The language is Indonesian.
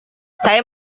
saya